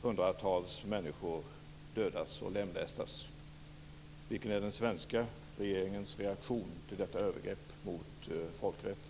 Hundratals människor dödas och lemlästas. Vilken är den svenska regeringens reaktion på detta övergrepp mot folkrätten?